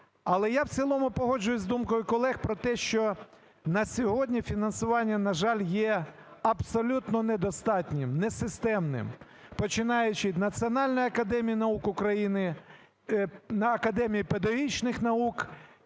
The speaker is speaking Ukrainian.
Але я в цілому погоджуюсь з думкою колег про те, що на сьогодні фінансування, на жаль, є абсолютно недостатнім, несистемним, починаючи від Національної академії наук України, на Академію педагогічних наук